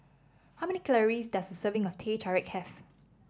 how many calories does a serving of Teh Tarik have